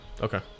Okay